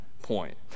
point